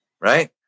right